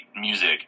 music